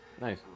Nice